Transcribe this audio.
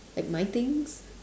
like my things